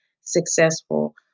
successful